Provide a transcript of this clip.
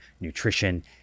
nutrition